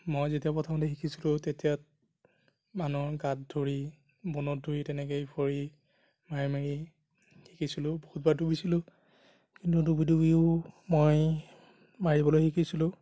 মই যেতিয়া প্ৰথমতে শিকিছিলোঁ তেতিয়া মানুহৰ গাত ধৰি বনত ধৰি তেনেকে ভৰি মাৰি মাৰি শিকিছিলোঁ বহুতবাৰ ডুবিছিলোঁ কিন্তু ডুবি ডুবিও মই মাৰিবলৈ শিকিছিলোঁ